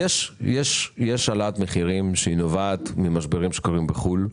יש העלאת מחירים שנובעת ממשברים שקורים בחו"ל.